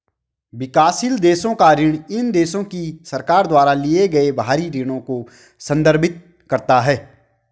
विकासशील देशों का ऋण इन देशों की सरकार द्वारा लिए गए बाहरी ऋण को संदर्भित करता है